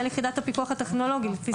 יחידת הפיקוח הטכנולוגי לפי סעיף קטן (ו).